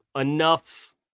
enough